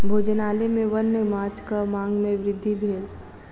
भोजनालय में वन्य माँछक मांग में वृद्धि भेल